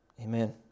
Amen